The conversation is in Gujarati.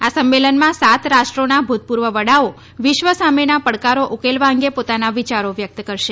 આ સંમેલનમાં સાત રાષ્ટ્રોના ભૂતપૂર્વ વડાઓ વિશ્વસામેના પડકારો ઉકેલવા અંગે પોતાના વિચારો વ્યક્ત કરશે